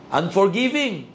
unforgiving